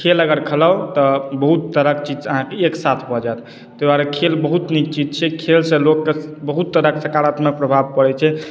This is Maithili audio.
खेल अगर खेलाउ तऽ बहुत तरह के चीजसँ अहाँके एक साथ भऽ जायत ताहि दुआरे खेल बहुत नीक चीज छै खेल से लोक के बहुत तरह सकारात्मक प्रभाव परै छै